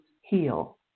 heal